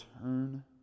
turn